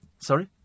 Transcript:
Sorry